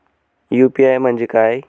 UPI म्हणजे काय?